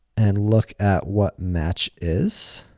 and look at what match is.